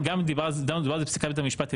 מדובר בפסיקת בית המשפט,